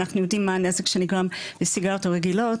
אנחנו יודעים מה הנזק שנגרם מסיגריות רגילות